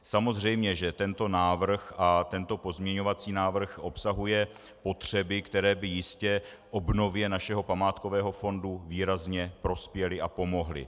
Samozřejmě že tento pozměňovací návrh obsahuje potřeby, které by jistě obnově našeho památkového fondu výrazně prospěly a pomohly.